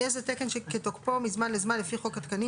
יהיה זה תקן כתוקפו מזמן לזמן לפי חוק התקנים,